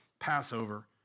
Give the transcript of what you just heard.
Passover